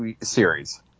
series